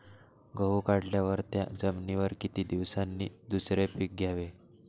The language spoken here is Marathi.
गहू काढल्यावर त्या जमिनीवर किती दिवसांनी दुसरे पीक घ्यावे?